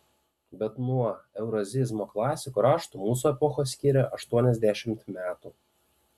bet nuo eurazizmo klasikų raštų mūsų epochą skiria aštuoniasdešimt metų